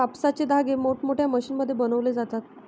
कापसाचे धागे मोठमोठ्या मशीनमध्ये बनवले जातात